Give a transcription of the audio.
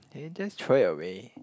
can you just throw it away